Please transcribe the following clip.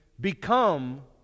become